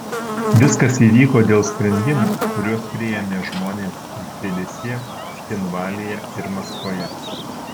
viskas įvyko dėl sprendimų kuriuos priėmė žmonės tbilisyje cchinvalyje ir maskvoje